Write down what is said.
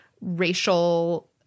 racial